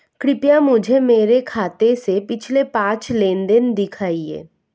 कृपया मुझे मेरे खाते से पिछले पांच लेनदेन दिखाएं